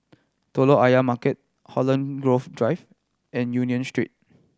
Telok Ayer Market Holland Grove Drive and Union Street